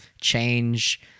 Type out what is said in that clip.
change